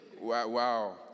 wow